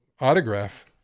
autograph